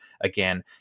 again